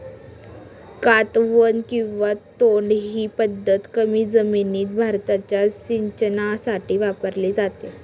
कातवन किंवा तोड ही पद्धत कमी जमिनीत भाताच्या सिंचनासाठी वापरली जाते